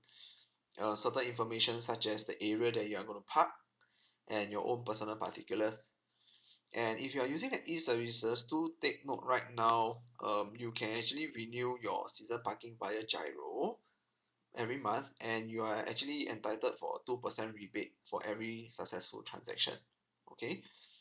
uh certain information such as the area that you're gonna park and your own personal particulars and if you're using the e services do take note right now um you can actually renew your season parking via giro every month and you are actually entitled for two percent rebate for every successful transaction okay